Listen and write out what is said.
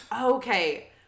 Okay